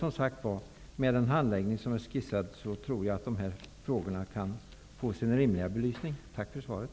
Som sagt menar jag emellertid att dessa frågor med den handläggning som är skisserad fått en rimlig belysning. Än en gång tack för svaret!